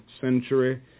century